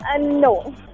no